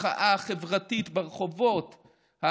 המחאה החברתית ברחובות,